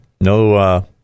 no